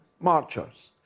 marchers